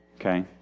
Okay